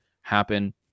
happen